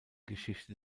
geschichte